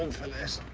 for this.